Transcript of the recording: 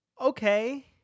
Okay